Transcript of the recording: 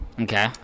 Okay